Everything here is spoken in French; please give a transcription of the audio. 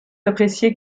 appréciés